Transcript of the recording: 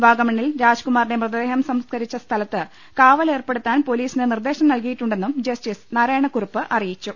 വാഗ്മണിൽ രാജ്കുമാറിന്റെ മൃതദേഹം സാസ്കരിച്ച സ്ഥലത്ത് കാവലേർപ്പെടുത്താൻ പൊലീസിന് നിർദ്ദേശം നൽകിയിട്ടുണ്ടെന്നും ജസ്റ്റിസ് നാരായണക്കുറുപ്പ് അറിയിച്ചു